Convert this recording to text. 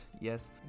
yes